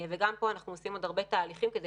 גם פה אנחנו עושים עוד הרבה תהליכים כדי